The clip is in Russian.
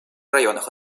районах